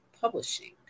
Publishing